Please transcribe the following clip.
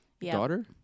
Daughter